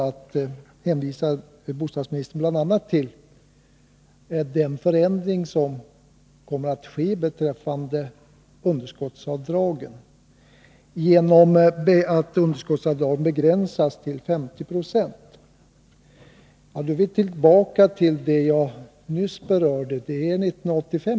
Bostadsministern hänvisade bl.a. till den förändring som kommer att ske beträffande underskottsavdragen, att de begränsas till 50 70. Då är vi tillbaka vid det jag nyss berörde: det gäller för år 1985.